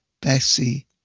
Bessie